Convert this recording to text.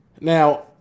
Now